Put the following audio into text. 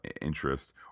interest